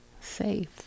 safe